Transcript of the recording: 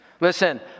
Listen